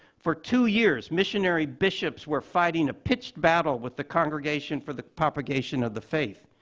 for two years, missionary bishops were fighting a pitched battle with the congregation for the propagation of the faith.